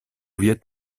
viêt